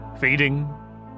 feeding